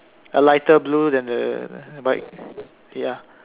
a lighter blue than the bike ya